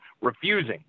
refusing